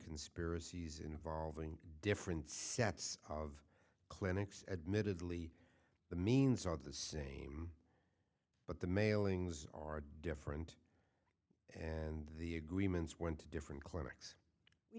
conspiracies involving different sets of clinics admittedly the means are the same but the mailings are different and the agreements went to different cli